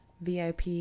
VIP